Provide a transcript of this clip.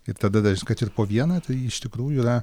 ir tada daž kad ir po vieną tai iš tikrųjų yra